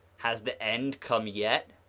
has the end come yet?